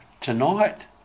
tonight